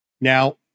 Now